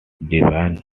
divine